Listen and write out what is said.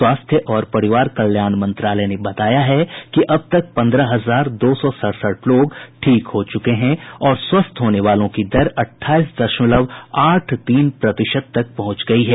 स्वास्थ्य और परिवार कल्याण मंत्रालय ने बताया है कि अब तक पंद्रह हजार दो सौ सड़सठ लोग ठीक हो चुके हैं और स्वस्थ होने वालों की दर अठाईस दशमलव आठ तीन प्रतिशत तक पहुंच गई है